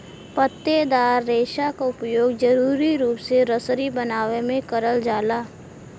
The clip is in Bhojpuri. पत्तेदार रेसा क उपयोग जरुरी रूप से रसरी बनावे में करल जाला